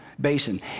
basin